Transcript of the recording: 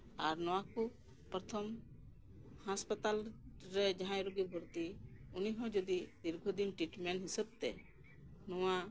ᱟᱨ ᱱᱚᱣᱟᱠᱩ ᱯᱚᱨᱛᱷᱚᱢ ᱦᱟᱥᱟᱯᱟᱛᱟᱞ ᱨᱮ ᱡᱟᱦᱟᱸᱭ ᱨᱩᱜᱤ ᱵᱷᱚᱨᱛᱤᱜ ᱩᱱᱤᱦᱚᱸ ᱡᱚᱫᱤ ᱫᱤᱨᱜᱷᱚᱫᱤᱱ ᱴᱤᱴᱢᱮᱱ ᱦᱤᱥᱟᱹᱵᱛᱮ ᱱᱚᱣᱟ